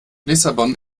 lissabon